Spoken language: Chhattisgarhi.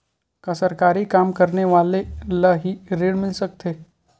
का सरकारी काम करने वाले ल हि ऋण मिल सकथे?